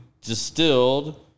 distilled